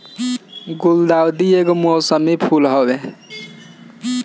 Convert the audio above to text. गुलदाउदी एगो मौसमी फूल हवे